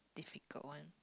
difficult one